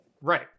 right